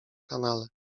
kanale